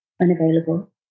unavailable